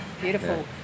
Beautiful